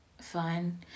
fine